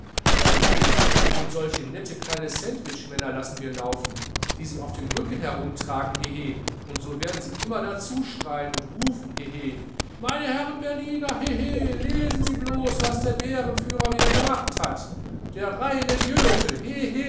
hehe und solche nette kleine sandwichmänner lassen wir laufen die sie auf dem rücken herumtragen hehe und so werden sie dazu immer schreien und rufen hehe meine herren berliner hehe lesen sie blos was der bärenführer wieder gemacht hat der reine